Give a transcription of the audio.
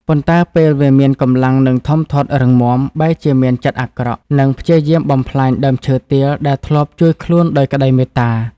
ប៉ុន្តែពេលវាមានកម្លាំងនិងធំធាត់រឹងមាំ បែរជាមានចិត្តក្បត់ និងព្យាយាមបំផ្លាញដើមឈើទាលដែលធ្លាប់ជួយខ្លួនដោយក្តីមេត្តា។